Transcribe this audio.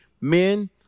Men